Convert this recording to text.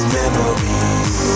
memories